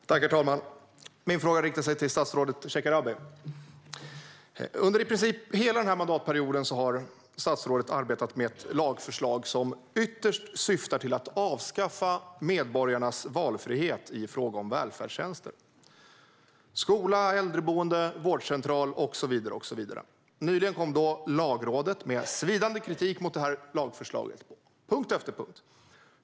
Herr talman! Min fråga riktar sig till statsrådet Shekarabi. Under i princip hela mandatperioden har statsrådet arbetat med ett lagförslag som ytterst syftar till att avskaffa medborgarnas valfrihet i fråga om välfärdstjänster när det gäller skola, äldreboende, vårdcentral och så vidare. Nyligen kom Lagrådet med svidande kritik mot lagförslaget på punkt efter punkt.